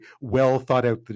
well-thought-out